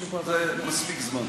זה מספיק זמן.